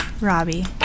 Robbie